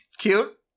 cute